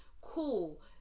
Cool